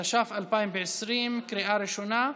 התש"ף 2020, לקריאה ראשונה.